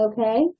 Okay